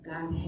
God